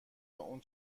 اون